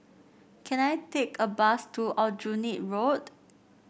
can I take a bus to Aljunied Road